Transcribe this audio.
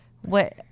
what-